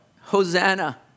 Hosanna